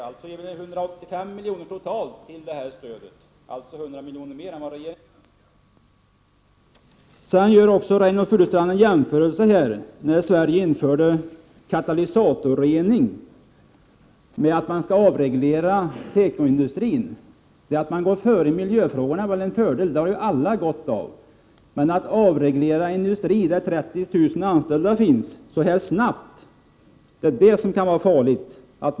Det blir 185 miljoner totalt till stödet, alltså 100 miljoner mer än regeringen föreslår. Reynoldh Furustrand gör en jämförelse med när Sverige införde katalysatorrening. Att man går före i miljöfrågorna är väl en fördel, det har alla gott av, men att avreglera en industri med 30 000 anställda så här snabbt kan vara farligt.